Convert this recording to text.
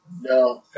No